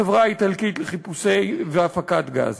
החברה האיטלקית לחיפושי והפקת גז.